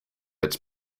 its